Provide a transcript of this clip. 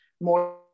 more